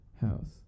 House